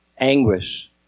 anguish